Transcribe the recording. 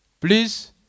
Please